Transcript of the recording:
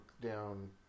down